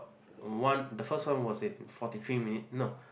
one the first one was in forty three minute no